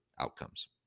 outcomes